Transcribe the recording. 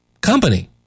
company